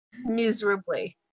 miserably